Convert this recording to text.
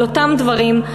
על אותם דברים,